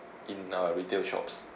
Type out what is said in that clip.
in uh retail shops